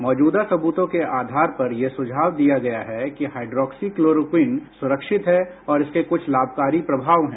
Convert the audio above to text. मौजूदा सबूतों के आधार पर यह सुझाव दिया गया है कि हाइड्रोक्सीक्लोरोक्वीन सुरक्षित है और इसके कुछ लाभकारी प्रभाव हैं